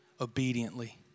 obediently